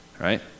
right